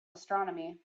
astronomy